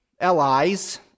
allies